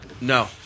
No